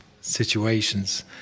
situations